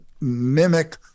mimic